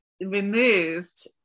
removed